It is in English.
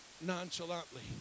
nonchalantly